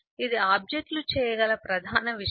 ఇది ఆబ్జెక్ట్లు చేయగల ప్రధాన విషయం